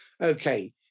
Okay